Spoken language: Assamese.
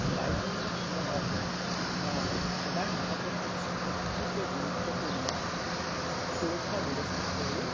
বাইকিঙৰ সময়ত মই সদায় মনত ৰখা কিছুমান আটাইতকৈ গুৰুত্বপূৰ্ণ সুৰক্ষা বিবেচনা হ'ল